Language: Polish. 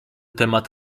temat